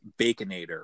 baconator